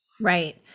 Right